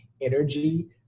energy